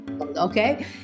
okay